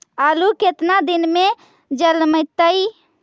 आलू केतना दिन में जलमतइ?